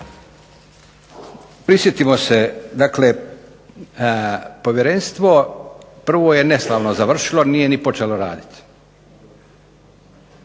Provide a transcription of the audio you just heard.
Prisjetimo se, dakle povjerenstvo prvo je neslavno završilo, nije ni počelo raditi.